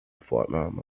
vorname